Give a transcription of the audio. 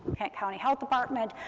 kent county health department,